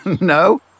No